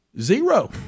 Zero